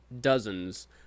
dozens –